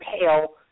pale